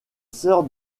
sœurs